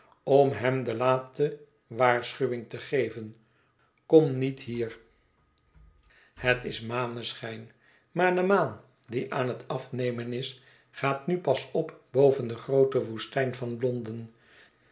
maneschijn maar de maan die aan het afnemen is gaat nu pas op boven de groote woestijn van londen